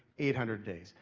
eight hundred days.